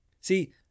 See